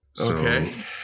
Okay